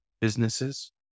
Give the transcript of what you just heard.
businesses